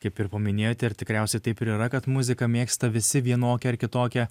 kaip ir paminėjote ir tikriausiai taip ir yra kad muziką mėgsta visi vienokią ar kitokią